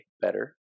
better